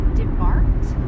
debarked